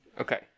Okay